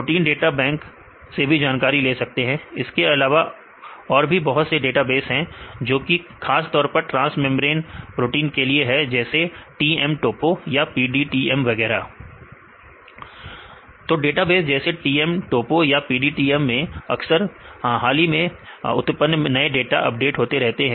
आप protein data bank से भी जानकारी ले सकते हैं इसके अलावा और भी बहुत से डेटाबेस हैं जोकि खास तौर पर ट्रांस मेंब्रेन प्रोटीन के लिए है जैसे TM topo या PDBTM वगैरह तो डेटाबेस जैसे TM topo या PDBTM मैं अक्सर हाल ही में उत्पन्न में नए डाटा अपडेट होते रहते हैं